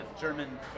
German